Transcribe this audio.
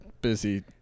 busy